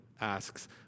asks